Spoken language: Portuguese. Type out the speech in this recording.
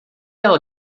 ela